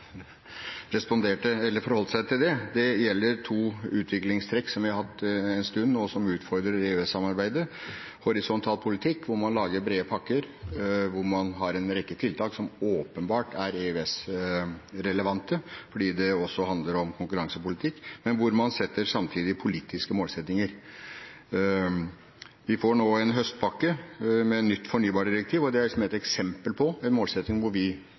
responderte eller forholdt seg til det. Det gjelder to utviklingstrekk som vi har hatt en stund, og som utfordrer EØS-samarbeidet, nemlig horisontal politikk, hvor man lager brede pakker, hvor man har en rekke tiltak som åpenbart er EØS-relevante fordi det også handler om konkurransepolitikk, men hvor man samtidig setter politiske målsettinger. Vi får nå en høstpakke med et nytt fornybardirektiv, og det er et eksempel på en målsetting – hvor vi